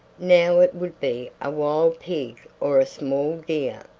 now it would be a wild pig or a small deer,